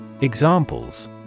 Examples